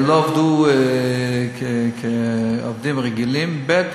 הם לא עבדו כעובדים רגילים, ב.